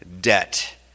debt